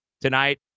tonight